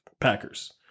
Packers